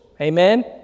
Amen